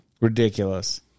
Ridiculous